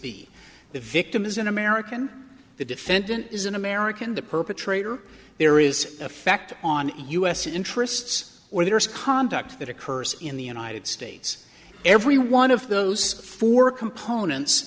b the victim is an american the defendant is an american the perpetrator there is effect on us interests or there is conduct that occurs in the united states every one of those four components